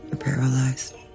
Paralyzed